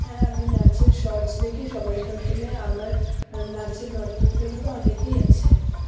হ্যাঁ আমি নাচের শটস দেখি সমাজ মাধ্যমে আমার নাচের নর্তকদের মধ্যে অনেকেই আছে